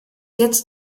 jetzt